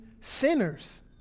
sinners